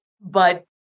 But-